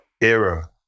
era